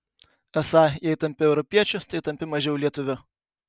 esą jei tampi europiečiu tai tampi mažiau lietuviu